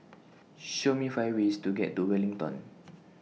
Show Me five ways to get to Wellington